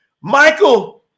Michael